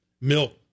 milk